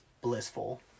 blissful